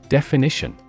Definition